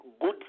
good